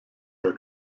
her